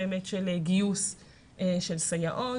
ראשית, גיוס סייעות.